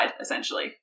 essentially